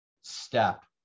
step